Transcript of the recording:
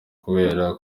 kubera